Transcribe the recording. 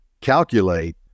calculate